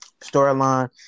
storyline